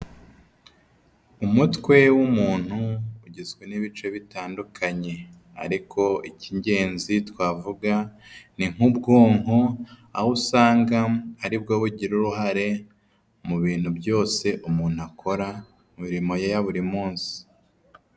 Umutwe w'umuntu ugizwe n'ibice bitandukanye ariko icy'ingenzi twavuga ni nk'ubwonko, aho usanga ari bwo bugira uruhare mu bintu byose umuntu akora, mu mirimo ye ya buri munsi.